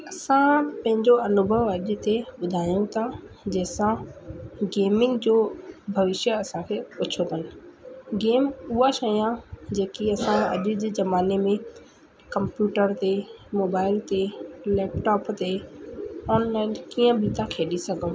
असां पंहिंजो अनुभव अॼु हिते ॿुधायूं था असां गेमिंग जो भविष्य असांखे ऊचो करिणो गेम उहा शइ आहे जेकी असां अॼ जे ज़माने में कंप्यूटर ते मोबाइल ते लैपटॉप ते ऑनलाइन कीअं बि था खेॾी सघूं